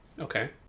Okay